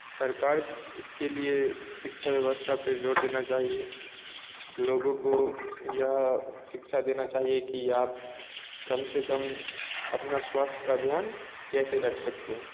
सरकार इसके लिए शिक्षा व्यवस्था पर ज़ोर देना चाहिए लोगों को यह शिक्षा देना चाहिए कि आप कम से कम अपना स्वास्थ्य का ध्यान कैसे रख सकते हैं